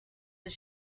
his